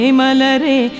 malare